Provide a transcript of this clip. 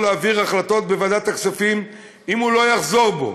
להעביר החלטות בוועדת הכספים אם הוא לא יחזור בו.